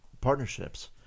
partnerships